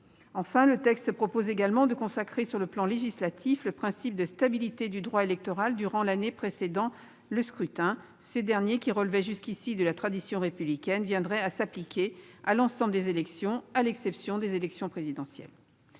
Enfin, le texte propose également de consacrer au plan législatif le principe de stabilité du droit électoral durant l'année précédant le scrutin. Ce principe, qui relevait jusqu'ici de la tradition républicaine, s'appliquerait à l'ensemble des élections, à l'exception de l'élection présidentielle.